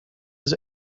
his